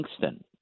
Kingston